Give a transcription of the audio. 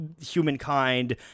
humankind